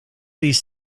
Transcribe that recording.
these